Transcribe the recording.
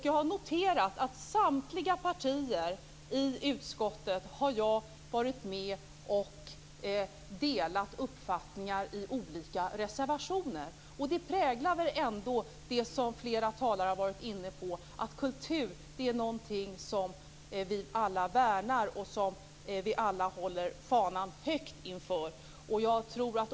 Jag har noterat att jag har varit med och delat uppfattningar i olika reservationer från samtliga partier. Det präglar ändå det som flera talare har varit inne på. Kultur är någonting som vi alla värnar och som vi alla håller fanan högt inför.